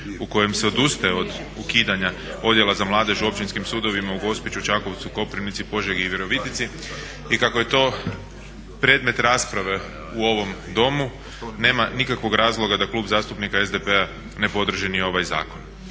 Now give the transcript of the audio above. u kojem se odustaje od ukidanja odjela za mladež u općinskim sudovima u Gospiću, Čakovcu, Koprivnici, Požegi i Virovitici. I kako je to predmet rasprave u ovom Domu nema nikakvog razloga da Klub zastupnika SDP-a ne podrži ni ovaj zakon.